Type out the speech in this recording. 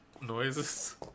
noises